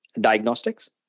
diagnostics